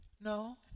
no